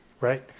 Right